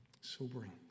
Sobering